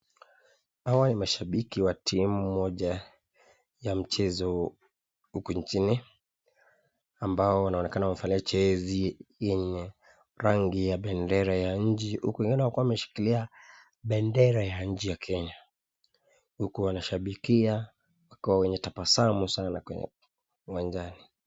Hawa ni mashabiki wa timu moja ya mchezo, huku nchini ambao wanaonekana wamevalia jezi yenye rangi ya bendera ya nchi, huku wengine wakiwa wameshikilia bendera ya nchi ya Kenya, huku wanashabikia wako wenye tabasamu sana kwenye uwanjani.